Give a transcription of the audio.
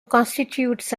constitutes